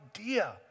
idea